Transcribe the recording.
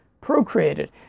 procreated